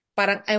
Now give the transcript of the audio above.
parang